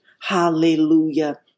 Hallelujah